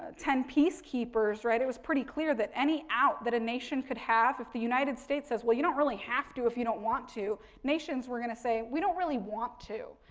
ah ten peace keepers, right, it was pretty clear that any out a nation could have, if the united states says, well, you don't really have to, if you don't want to, nations were going to say, we don't really want to.